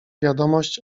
wiadomość